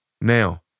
now